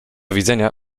widzenia